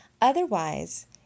Otherwise